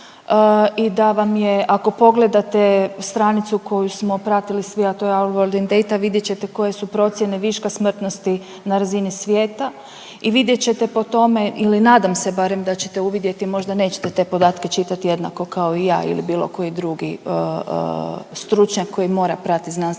i da vam je ako pogledate stranicu koju smo pratili svi, a to je All word in data, vidjet ćete koje su procjene viška smrtnosti na razini svijeta i vidjet ćete po tome ili nadam se barem da ćete uvidjeti, možda nećete te podatke čitati jednako kao i ja ili bilo koji drugi stručnjak koji mora pratit znanstvenu